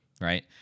Right